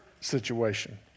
situation